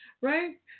right